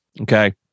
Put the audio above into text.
Okay